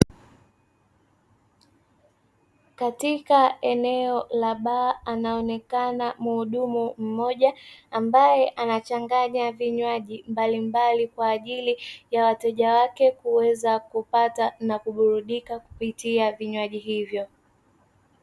Katika eneo la baa anaonekana mhudumu mmoja; ambaye anachanganya vinywaji mbalimbali, kwa ajili ya wateja wake kuweza kupata kuburudika kupitia vinywaji hivyo.